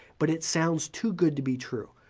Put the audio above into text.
but it sounds too good to be true.